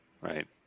right